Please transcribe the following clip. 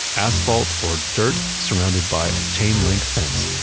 asphalt or dirt surrounded by a chain link fence,